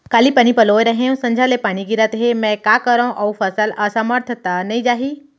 काली पानी पलोय रहेंव, संझा ले पानी गिरत हे, मैं का करंव अऊ फसल असमर्थ त नई जाही?